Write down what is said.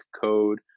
code